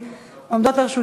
אנחנו עוברות